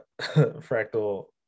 fractal